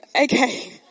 okay